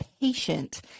patient